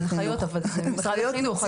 הנחיות, אבל זה ממשרד החינוך.